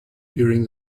during